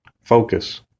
focus